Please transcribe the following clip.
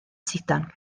sidan